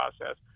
process